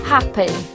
Happy